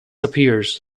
appears